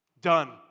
done